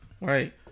Right